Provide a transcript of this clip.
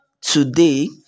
today